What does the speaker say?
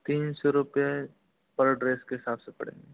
तीन सौ रुपए पर ड्रेस के हिसाब से पड़ेगा